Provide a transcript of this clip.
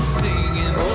singing